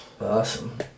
Awesome